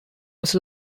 was